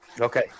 Okay